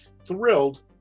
thrilled